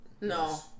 no